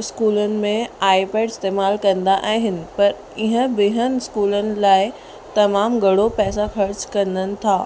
इस्कूलनि में iPad इस्तेमालु कंदा आहिनि पर ईअं ॿियनि इस्कूलनि लाइ तमामु घणो पैसा ख़र्चु कनि था